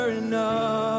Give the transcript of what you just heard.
enough